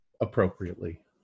appropriately